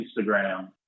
Instagram